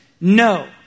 No